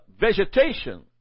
vegetation